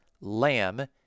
lamb